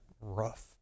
rough